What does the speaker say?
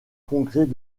congrès